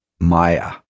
maya